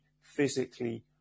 physically